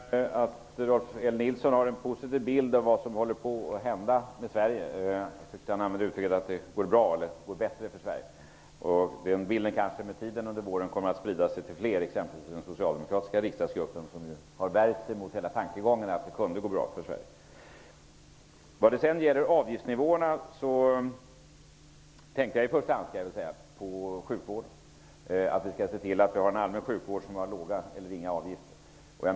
Herr talman! Jag noterar att Rolf L Nilson har en positiv bild av vad som håller på att hända i Sverige. Han använde uttrycket att det går bättre för Sverige. Med tiden kommer den bilden att sprida sig till fler t.ex. till den socialdemokratiska riksdagsgruppen, som ju har värjt sig mot hela tankegången att det kan gå bra för Sverige. När det gäller avgiftsnivåerna avsåg jag i första hand sjukvården. Vi skall se till att vi har en allmän sjukvård med låga eller inga avgifter.